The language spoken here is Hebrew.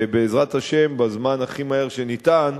ובעזרת השם, בזמן הכי מהר שניתן,